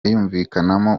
yumvikanamo